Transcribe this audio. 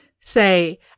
Say